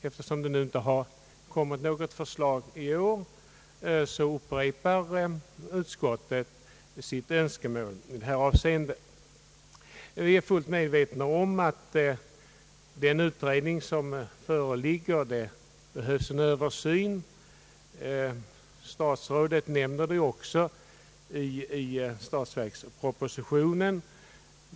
Eftersom det nu inte har kommit något förslag i år, upprepar utskottet sitt önskemål i detta avseende. Vi är fullt medvetna om att det behövs en översyn här. Statsrådet nämner det också i statsverkspropositionen.